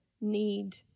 need